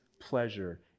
pleasure